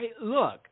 look